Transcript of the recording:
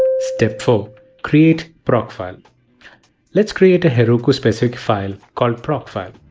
step four create procfile let's create a heroku specific file called procfile.